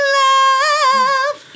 love